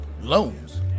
Loans